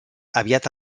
aviat